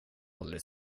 aldrig